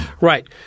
Right